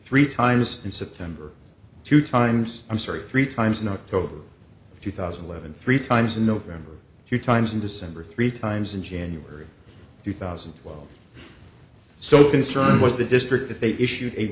three times in september two times i'm sorry three times in october two thousand and eleven three times in november two times in december three times in january two thousand and twelve so concerned was the district that they